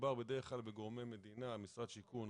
מדובר בדרך כלל בגורמי מדינה כמו משרד השיכון,